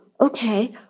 okay